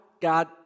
God